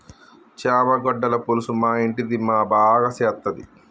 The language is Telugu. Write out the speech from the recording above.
చామగడ్డల పులుసు మా ఇంటిది మా బాగా సేత్తది